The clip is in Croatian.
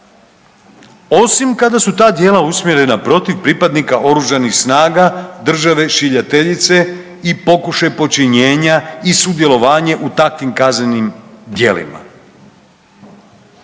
osim kada su ta djela usmjerena protiv pripadnika OS-a države šiljateljice i pokušaj počinjenja i sudjelovanje u takvim kaznenim djelima.